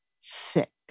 six